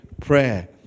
prayer